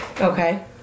Okay